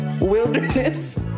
wilderness